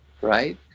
right